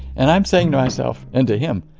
and i'm saying to myself and to him,